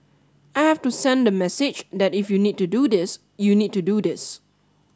I have to send the message that if you need to do this you need to do this